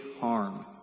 harm